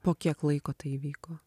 po kiek laiko tai įvyko